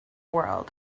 world